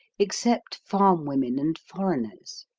except farm women and foreigners.